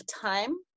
time